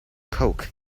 coke